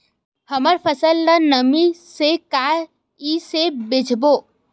हमर फसल ल नमी से क ई से बचाबो?